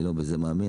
אני לא מאמין בזה.